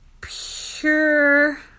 pure